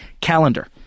calendar